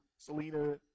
Selena